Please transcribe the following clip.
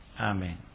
Amen